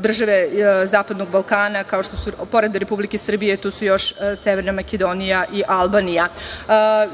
države Zapadnog Balkana. Pored Republike Srbije tu su još Severna Makedonija i Albanija.